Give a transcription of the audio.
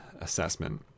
assessment